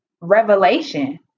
revelation